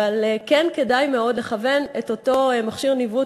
אבל כן כדאי מאוד לכוון את אותו מכשיר ניווט